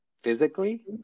physically